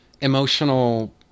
emotional